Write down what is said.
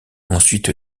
ensuite